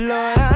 Lord